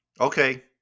Okay